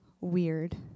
weird